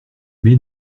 mais